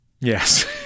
yes